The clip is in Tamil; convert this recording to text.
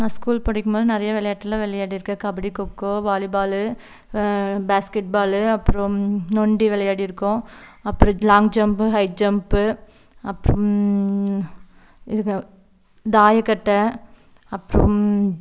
நான் ஸ்கூல் படிக்கும்போது நிறையா விளையாட்டெல்லாம் விளையாடிருக்கேன் kabaddi kho-kho volleyball basketball அப்புறோம் நொண்டி விளையாடியிருக்கோம் அப்புறம் லாங் ஜம்ப்பு ஹை ஜம்ப்பு அப்புறம் இருங்க தாயக்கட்டை அப்புறம்